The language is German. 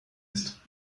ist